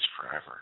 forever